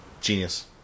genius